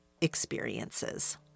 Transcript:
experiences